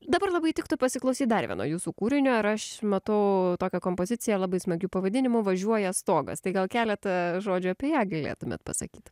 dabar labai tiktų pasiklausyt dar vieno jūsų kūrinio ir aš matau tokią kompoziciją labai smagiu pavadinimu važiuoja stogas tai gal keletą žodžių apie ją galėtumėt pasakyt